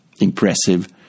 impressive